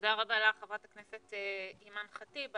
תודה רבה לך, חברת הכנסת אימאן ח'טיב.